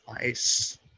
Nice